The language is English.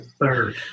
Third